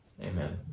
amen